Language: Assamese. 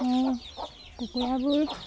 আৰু কুকুৰাবোৰ